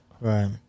right